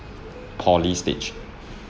poly stage